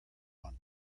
one